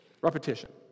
Repetition